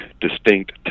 distinct